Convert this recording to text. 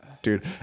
Dude